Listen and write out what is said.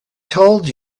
told